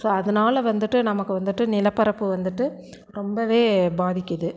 so அதனால வந்துட்டு நமக்கு வந்துட்டு நில பரப்பு வந்துட்டு ரொம்பவே பாதிக்குது